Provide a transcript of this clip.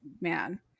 man